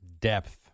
depth